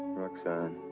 roxane.